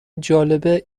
جالبه